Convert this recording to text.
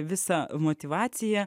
visą motyvaciją